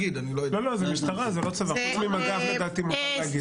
חוץ ממג"ב לדעתי מותר להגיד.